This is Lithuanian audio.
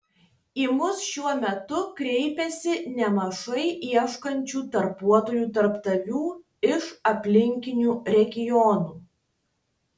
į mus šiuo metu kreipiasi nemažai ieškančių darbuotojų darbdavių iš aplinkinių regionų